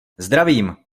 zdravím